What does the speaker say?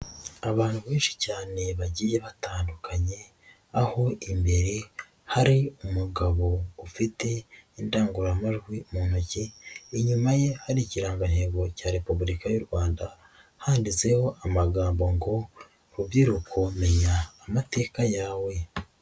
Abantu benshi cyane bagiye batandukanye, aho imbere hari umugabo ufite indangururamajwi mu ntoki, inyuma ye hari ikirangantego cya Repubulika y' u Rwanda, handitseho amagambo ngo "rubyiruko menya amateka yawe."